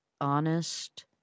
honest